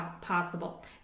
possible